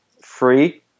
free